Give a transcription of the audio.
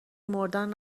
مردن